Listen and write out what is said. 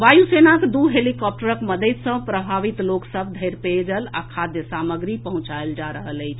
वायु सेनाक दू हेलीकॉप्टरक मददि सॅ प्रभावित लोक सभ धरि पेयजल आ खाद्य सामग्री पहुंचाएल जा रहल अछि